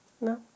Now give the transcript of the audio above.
no